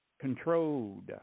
controlled